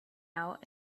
out